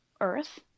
Earth